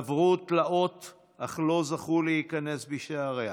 עברו תלאות אך לא זכו להיכנס בשעריה.